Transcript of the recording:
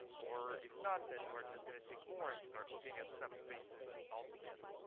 or if not, then we're just going to take more and start looking at subspaces altogether.